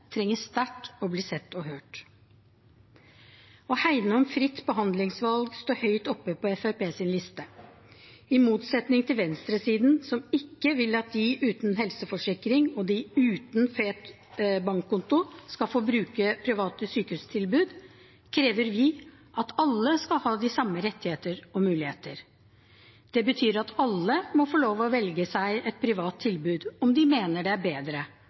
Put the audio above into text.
trenger sterkt å bli sett og hørt. Å hegne om fritt behandlingsvalg står høyt oppe på Fremskrittspartiets liste. I motsetning til venstresiden, som ikke vil at de uten helseforsikring og de uten fet bankkonto skal få bruke private sykehustilbud, krever vi at alle skal ha de samme rettigheter og muligheter. Det betyr at alle må få lov til å velge seg et privat tilbud om de mener det er bedre,